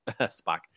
Spock